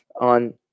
on